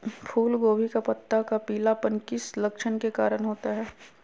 फूलगोभी का पत्ता का पीलापन किस लक्षण के कारण होता है?